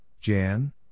Jan